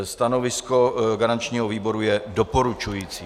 Stanovisko garančního výboru je doporučující.